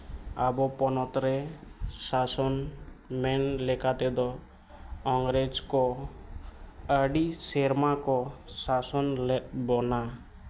ᱟᱵᱚ ᱯᱚᱱᱚᱛ ᱨᱮ ᱥᱟᱥᱚᱱ ᱢᱮᱱ ᱞᱮᱠᱟᱛᱮᱫᱚ ᱤᱝᱨᱮᱹᱡᱽ ᱠᱚ ᱟᱹᱰᱤ ᱥᱮᱨᱢᱟ ᱠᱚ ᱥᱟᱥᱚᱱ ᱞᱮᱫ ᱵᱚᱱᱟ